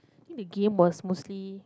think the game was mostly